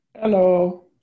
Hello